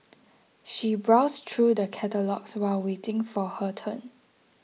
she browsed through the catalogues while waiting for her turn